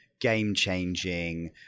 game-changing